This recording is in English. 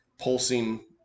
Pulsing